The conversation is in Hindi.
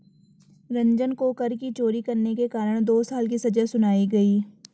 रंजन को कर की चोरी करने के कारण दो साल की सजा सुनाई गई